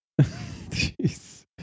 Jeez